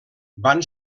van